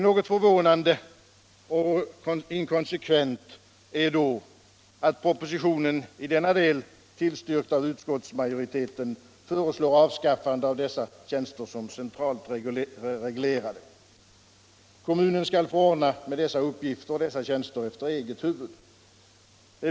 Något förvånande och inkonsekvent är då att propositionen, i denna del tillstyrkt av utskottsmajoriteten, föreslår avskaffande av dessa tjänster som centralt reglerade. Kommunen skall få ordna med dessa uppgifter och tjänster efter eget huvud.